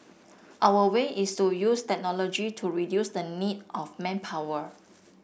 our way is to use technology to reduce the need of manpower